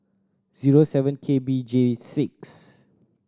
zero seven K B J six